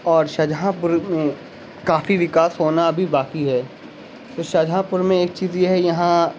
اور شاہجہاں پور میں کافی وکاس ہونا ابھی باقی ہے تو شاہجہاں پور میں ایک چیز یہ ہے یہاں